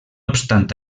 obstant